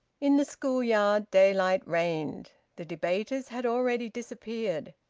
in the school-yard daylight reigned. the debaters had already disappeared.